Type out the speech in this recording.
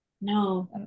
No